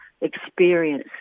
experience